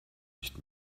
nicht